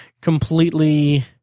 completely